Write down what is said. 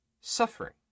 suffering